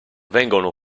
vengono